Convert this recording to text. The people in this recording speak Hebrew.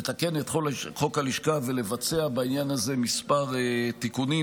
לתקן את חוק הלשכה ולבצע בעניין הזה כמה תיקונים